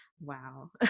wow